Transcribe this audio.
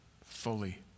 fully